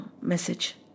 message